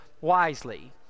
wisely